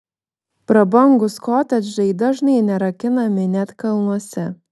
prabangūs kotedžai dažnai nerakinami net kalnuose